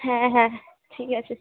হ্যাঁ হ্যাঁ ঠিক আছে